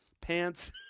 pants